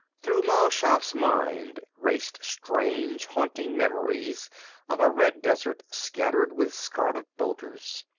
through mal shaff's mind raced strange, haunting memories of a red desert scattered with scarlet boulders,